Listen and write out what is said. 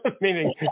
meaning